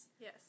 yes